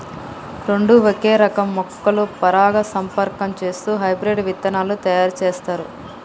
రెండు ఒకే రకం మొక్కలు పరాగసంపర్కం చేస్తూ హైబ్రిడ్ విత్తనాలు తయారు చేస్తారు